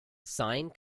sine